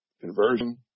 conversion